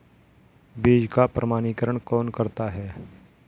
बीज का प्रमाणीकरण कौन करता है?